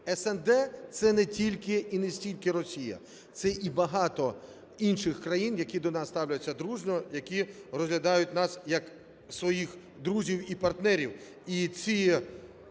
СНД – це не тільки і не стільки Росія, це і багато інших країн, які до нас ставляться дружньо, які розглядають нас як своїх друзів і партнерів.